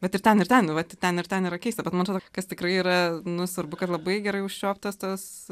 bet ir ten ir ten va ten ir ten yra keista bet man atrodo kas tikrai yra nu svarbu kad labai gerai užčiuoptas tas